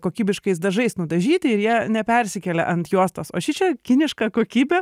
kokybiškais dažais nudažyti ir jie nepersikelia ant juostos o šičia kiniška kokybė